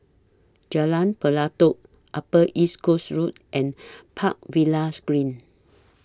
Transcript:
Jalan Pelatok Upper East Coast Road and Park Villas Green